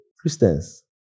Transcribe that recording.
Christians